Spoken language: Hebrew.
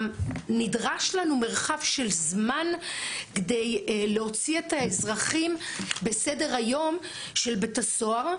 נדרש לנו מרחב של זמן כדי להוציא את האזרחים בסדר-היום של בית הסוהר,